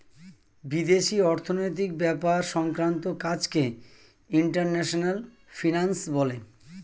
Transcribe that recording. বিদেশি অর্থনৈতিক ব্যাপার সংক্রান্ত কাজকে ইন্টারন্যাশনাল ফিন্যান্স বলে